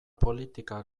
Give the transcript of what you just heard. politika